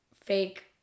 fake